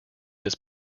his